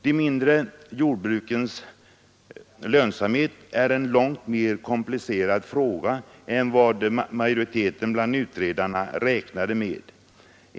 De mindre jordbrukens lönsamhet är en långt mer komplicerad fråga än vad majoriteten bland utredarna räknade med.